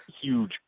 huge